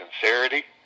sincerity